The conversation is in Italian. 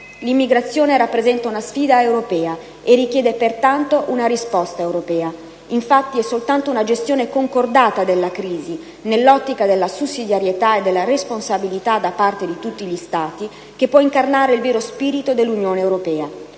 L'immigrazione rappresenta una sfida europea e richiede pertanto una risposta europea. Infatti, è soltanto una gestione concordata della crisi, nell'ottica della sussidiarietà e della responsabilità da parte di tutti gli Stati, che può incarnare il vero spirito dell'Unione europea.